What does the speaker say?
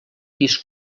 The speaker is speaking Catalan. pis